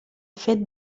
fet